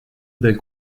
del